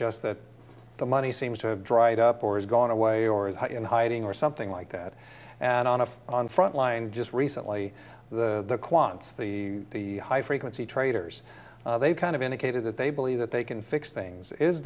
just that the money seems to have dried up or has gone away or is in hiding or something like that and on and on frontline just recently the quantz the high frequency traders they've kind of indicated that they believe that they can fix things is